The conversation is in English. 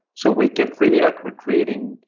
so we get really accurate reading,